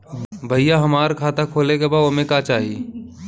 भईया हमार खाता खोले के बा ओमे का चाही?